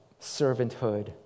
servanthood